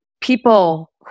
people